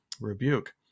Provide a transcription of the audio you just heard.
rebuke